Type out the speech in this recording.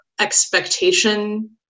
expectation